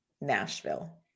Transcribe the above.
Nashville